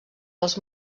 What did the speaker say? pels